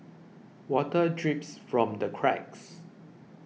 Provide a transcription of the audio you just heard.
water drips from the cracks